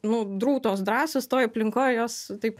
nu drūtos drąsios toj aplinkoj jos taip